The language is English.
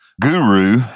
guru